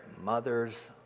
mother's